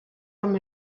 from